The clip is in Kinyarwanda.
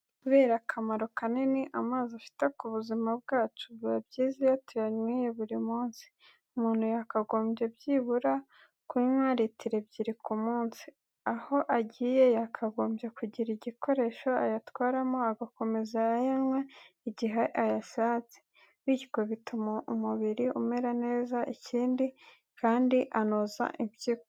Kubera akamaro kanini amazi afite ku buzima bwacu, biba byiza iyo tuyanyweye buri munsi. Umuntu yakagombye byibura kunywa litiro ebyiri ku munsi. Aho agiye yakagombye kugira igikoresho ayatwaramo agakomeza ayanywa igihe ayashatse. Bityo bituma umubiri umera neza, ikindi kandi anoza impyiko.